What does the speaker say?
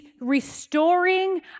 restoring